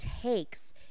takes